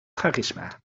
charisma